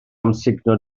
amsugno